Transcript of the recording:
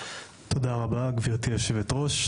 תודה רבה גברתי היושבת-ראש,